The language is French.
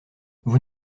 vous